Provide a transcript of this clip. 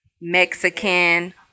Mexican